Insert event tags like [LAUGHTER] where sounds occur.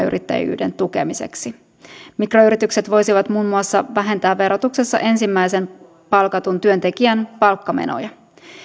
[UNINTELLIGIBLE] yrittäjyyden tukemiseksi mikroyritykset voisivat muun muassa vähentää verotuksessa ensimmäisen palkatun työntekijän palkkamenoja